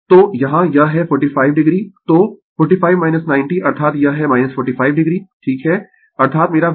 तो यहाँ यह है 45 o तो 45 90 अर्थात यह है 45 o ठीक है अर्थात मेरा VC t